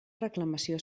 reclamació